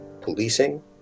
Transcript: policing